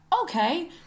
okay